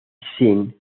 sean